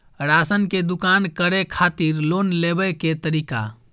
Ration के दुकान करै खातिर लोन लेबै के तरीका?